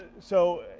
so,